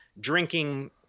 drinking